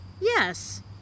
yes